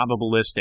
probabilistic